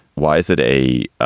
why is it a